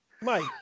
mike